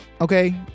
okay